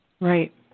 Right